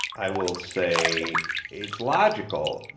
i will say it's logical.